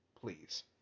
Please